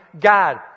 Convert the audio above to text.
God